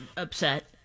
Upset